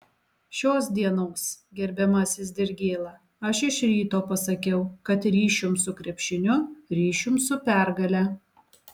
šios dienos gerbiamasis dirgėla aš iš ryto pasakiau kad ryšium su krepšiniu ryšium su pergale